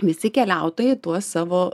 visi keliautojai tuos savo